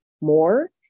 more